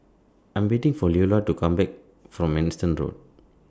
I Am waiting For Leola to Come Back from Manston Road